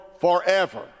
forever